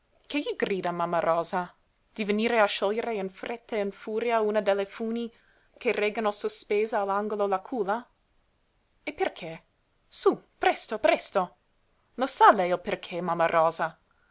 gli grida mamma rosa di venire a sciogliere in fretta in furia una delle funi che reggono sospesa all'angolo la culla e perché sú presto presto lo sa lei il perché mamma rosa